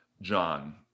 John